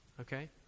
Okay